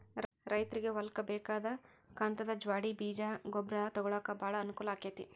ರೈತ್ರಗೆ ಹೊಲ್ಕ ಬೇಕಾದ ಕಂತದ ಜ್ವಾಡ್ಣಿ ಬೇಜ ಗೊಬ್ರಾ ತೊಗೊಳಾಕ ಬಾಳ ಅನಕೂಲ ಅಕೈತಿ